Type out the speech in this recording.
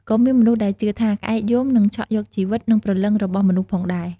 ក៏មានមនុស្សដែលជឿថា ក្អែកយំនឹងឆក់យកជីវិត និងព្រលឹងរបស់មនុស្សផងដែរ៕